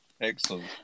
Excellent